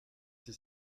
sie